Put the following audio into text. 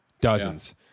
dozens